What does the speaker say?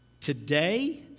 today